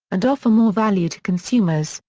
and offer more value to consumers,